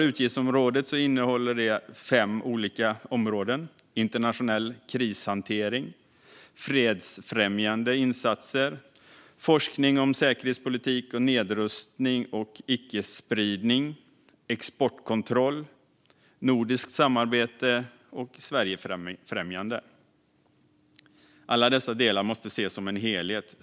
Utgiftsområdet innehåller fem olika områden: internationell krishantering och fredsfrämjande insatser, forskning om säkerhetspolitik, nedrustning och icke-spridning, exportkontroll, nordiskt samarbete och Sverigefrämjande. Alla dessa delar måste ses som en helhet.